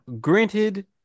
granted